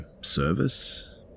service